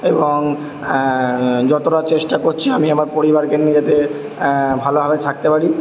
এবং যতটা চেষ্টা করছি আমি আমার পরিবারকে নিয়ে যাতে ভালোভাবে থাকতে পারি